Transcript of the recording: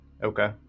Okay